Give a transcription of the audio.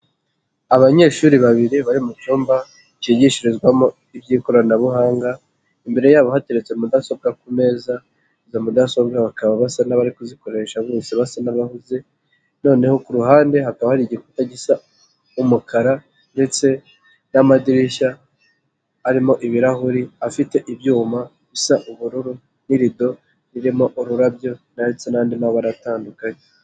Abanyeshuri babiri bari mu cyumba cyigishirizwamo iby'ikoranabuhanga, imbere yabo hatetse mudasobwa ku meza, izo mudasobwa bakaba basa n'abari kuzikoresha bose basa n'abahuze ,noneho ku ruhande hakaba hari igikuta gisa umukara, ndetse n'amadirishya arimo ibirahuri afite ibyuma bisa ubururu, n'irido ririmo ururabyo ndetse n'andi mabara atandukanye.